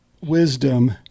wisdom